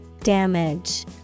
Damage